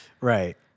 right